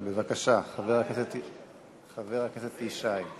בבקשה, חבר הכנסת ישי.